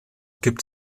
gibt